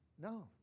no